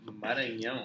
Maranhão